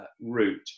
route